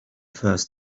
first